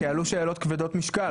כי עלו שאלות כבדות משקל,